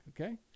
Okay